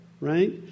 right